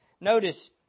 Notice